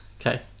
Okay